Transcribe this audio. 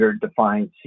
defined